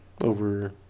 over